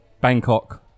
Bangkok